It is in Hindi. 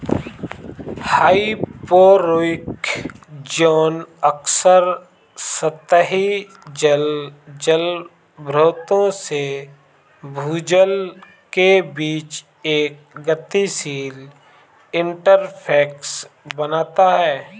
हाइपोरिक ज़ोन अक्सर सतही जल जलभृतों से भूजल के बीच एक गतिशील इंटरफ़ेस बनाता है